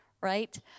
Right